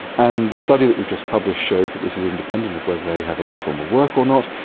and the study that we've just published shows that this is independent of whether they have any form of work or not,